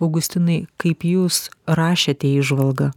augustinai kaip jūs rašėte įžvalgą